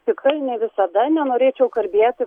tikrai ne visada nenorėčiau kalbėti